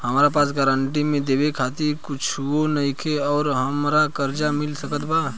हमरा पास गारंटी मे देवे खातिर कुछूओ नईखे और हमरा कर्जा मिल सकत बा?